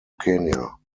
kenya